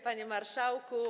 Panie Marszałku!